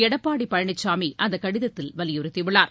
எடப்பாடி பழனிசாமி அந்தக் கடிதத்தில் வலியுறுத்தியுள்ளார்